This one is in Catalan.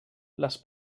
les